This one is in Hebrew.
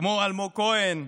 כמו אלמוג כהן,